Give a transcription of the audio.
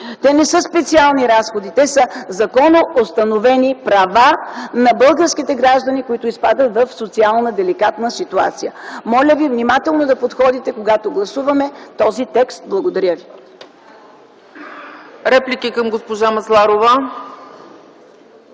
Те не са специални разходи. Те са законоустановени права на българските граждани, които изпадат в деликатна социална ситуация. Моля ви внимателно да подходите, когато гласуваме този текст. Благодаря ви.